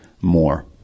more